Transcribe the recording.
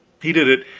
he did it,